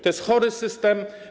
To jest chory system.